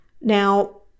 Now